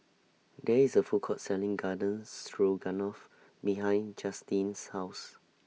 There IS A Food Court Selling Garden Stroganoff behind Justyn's House